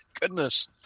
goodness